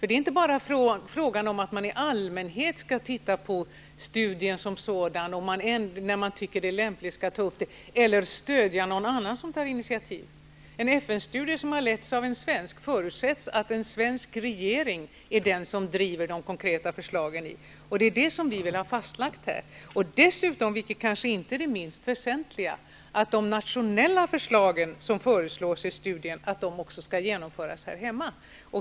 Det är inte bara fråga om att man i allmänhet skall titta på studien som sådan, och när man tycker det är lämpligt ta upp det, eller stödja någon annan som tar initiativ. När det gäller en FN-studie som letts av en svensk förutsätts att en svensk regering driver de konkreta förslagen. Det är detta vi vill ha fastlagt. Dessutom, vilket kanske inte är det minst väsentliga, vill vi att de nationella förslag som föreslås i studien också skall genomföras här hemma.